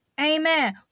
Amen